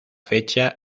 fecha